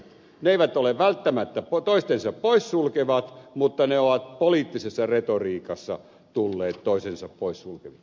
ne eivät ole välttämättä toisensa poissulkevat mutta ne ovat poliittisessa retoriikassa tulleet toisensa poissulke viksi